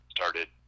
started